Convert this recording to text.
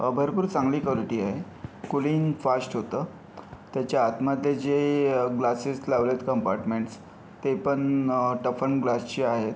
भरपूर चांगली कॉलिटी आहे कूलिंग फास्ट होतं त्याच्या आतमध्ये जे ग्लासेस लावलेत कंपार्टमेंट्स ते पण टफन ग्लासचे आहेत आणि